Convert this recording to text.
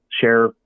share